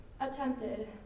attempted